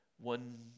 One